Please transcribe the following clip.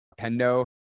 Pendo